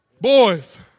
boys